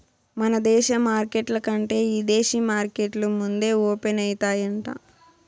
మన దేశ మార్కెట్ల కంటే ఇదేశీ మార్కెట్లు ముందే ఓపనయితాయంట